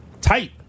Tight